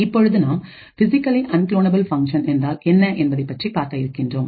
இப்பொழுது நாம் physically unclonable functions என்றால் என்ன என்பதை பற்றி பார்க்க இருக்கின்றோம்